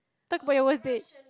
talk about your worst date